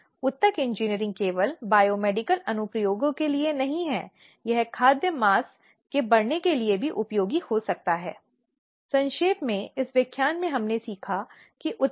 लेकिन अधिनियम की भावना कानून के पत्र को बरकरार रखा गया है और यौन उत्पीड़न के सभी मुद्दों का व्यवहार उस तरीके से किया जाता है जिसकी उससे उम्मीद की जाती है